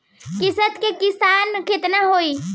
किस्त के पईसा केतना होई?